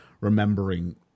remembering